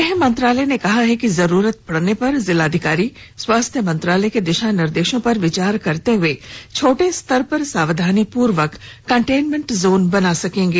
गृह मंत्रालय ने कहा है कि जरूरत पड़ने पर जिलाधिकारी स्वास्थ्य मंत्रालय के दिशानिर्देशों पर विचार करते हुए छोटे स्तर पर सावधानीपूर्वक कंटेनमेंट जोन बना सकेंगे